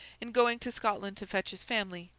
in going to scotland to fetch his family,